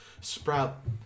sprout